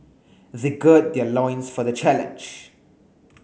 they gird their loins for the challenge